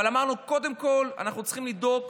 אבל אמרנו שקודם כול אנחנו צריכים לדאוג